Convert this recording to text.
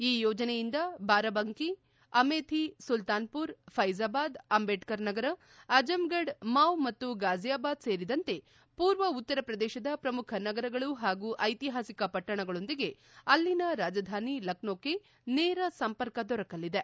ಈ ಯೋಜನೆಯಿಂದ ಬಾರಬಂಕಿ ಅಮೇಥಿ ಸುಲ್ತಾನ್ಪುರ್ ಫೈಝಾಬಾದ್ ಅಂಬೇಡ್ಕರ್ ನಗರ ಅಜಂಘಡ್ ಮಾವ್ ಮತ್ತು ಗಾಜಿಯಾಬಾದ್ ಸೇರಿದಂತೆ ಹಾಗೂ ಪೂರ್ವ ಉತ್ತರ ಪ್ರದೇಶದ ಪ್ರಮುಖ ನಗರಗಳು ಐತಿಹಾಸಿಕ ಪಟ್ಟಣಗಳೊಂದಿಗೆ ಅಲ್ಲಿನ ರಾಜಧಾನಿ ಲಕ್ನೋಕ್ಕೆ ನೇರ ಸಂಪರ್ಕ ದೊರಕಲಿದೆ